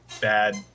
bad